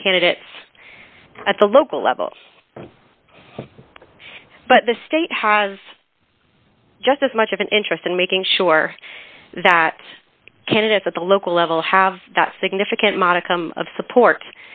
their candidates at the local level but the state has just as much of an interest in making sure that candidates at the local level have that significant modicum of support